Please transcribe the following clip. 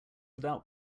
without